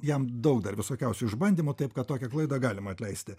jam daug dar visokiausių išbandymų taip kad tokią klaidą galima atleisti